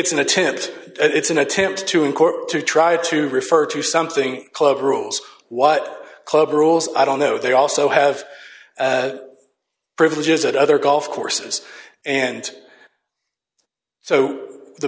it's an attempt it's an attempt to in court to try to refer to something club rules what club rules i don't know they also have privileges at other golf courses and so the